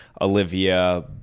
Olivia